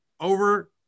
over